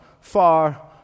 far